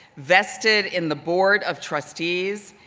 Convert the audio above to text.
vested in the board of trustees,